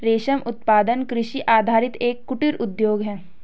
रेशम उत्पादन कृषि आधारित एक कुटीर उद्योग है